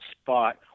spot